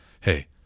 hey